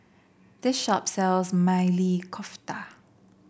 this shop sells Maili Kofta